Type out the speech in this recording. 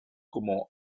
como